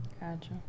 gotcha